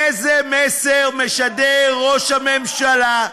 איזה מסר משדר ראש הממשלה,